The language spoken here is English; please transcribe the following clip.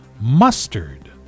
mustard